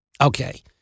okay